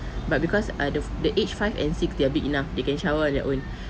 but because uh the age five and six they're big enough they can shower their own